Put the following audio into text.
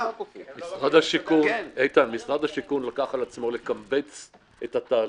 משרד הבינוי והשיכון לקח על עצמו לקבץ את התהליך.